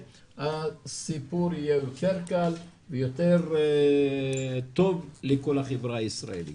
הסיפור יהיה יותר קל ויותר טוב לכל החברה הישראלית.